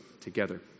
together